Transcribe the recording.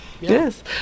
Yes